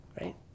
Right